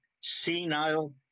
senile